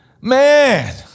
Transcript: Man